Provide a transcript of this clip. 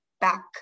back